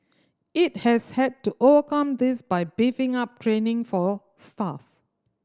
it has had to overcome this by beefing up training for staff